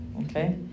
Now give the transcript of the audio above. Okay